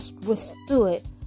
withstood